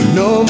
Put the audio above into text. no